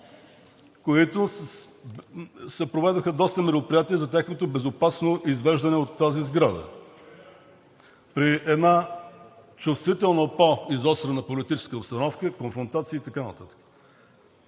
и се проведоха доста мероприятия за тяхното безопасно извеждане от тази сграда, при една чувствително по-изострена политическа обстановка, конфронтация и така нататък.